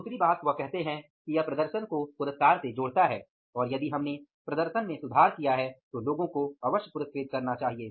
दूसरी बात वह कहते हैं यह प्रदर्शन को पुरस्कार से जोड़ता है और यदि हमने प्रदर्शन में सुधार किया है तो लोगों को अवश्य पुरस्कृत करना चाहिए